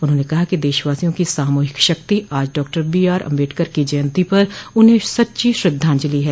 उन्होंने कहा कि देशवासियों की साम्हिक शक्ति आज डॉक्टर बीआर आम्बडकर की जयंती पर उन्हें सच्ची श्रद्धांजलि है